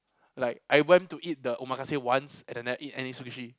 like I went to to eat the Omakase once and I never eat any sushi